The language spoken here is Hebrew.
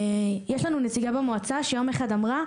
יש לנו נציגה במועצה שיום אחד אמרה,